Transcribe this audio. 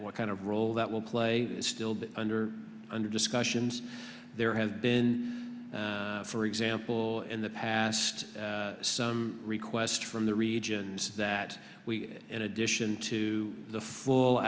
what kind of role that will play still but under under discussions there has been for example in the past some request from the regions that we in addition to the full